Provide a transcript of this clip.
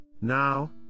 Now